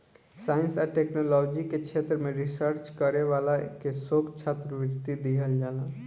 science आ technology के क्षेत्र में रिसर्च करे वाला के शोध छात्रवृत्ति दीहल जाला